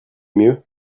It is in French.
mieux